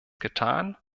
getan